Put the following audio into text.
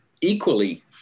equally